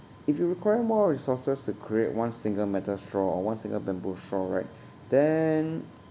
if you require more resources to create one single metal straw or one single bamboo straw right then